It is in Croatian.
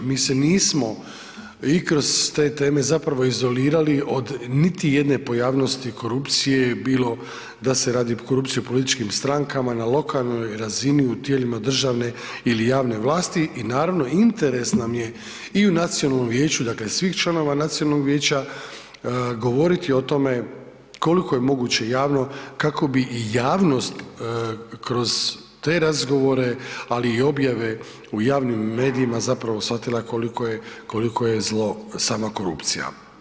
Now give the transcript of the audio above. Mi se nismo i kroz te teme zapravo izolirali od niti jedne pojavnosti korupcije bilo da se radi korupcija političkim strankama na lokalnoj razini u tijelima državne ili javne vlasti i naravno interes nam je i u nacionalnom vijeću, dakle svih članova nacionalnog vijeća govoriti o tome koliko je moguće javno kako bi i javnost kroz te razgovore, ali i objave u javnim medijima zapravo shvatila koliko je zlo sama korupcija.